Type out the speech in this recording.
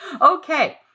Okay